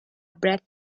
breath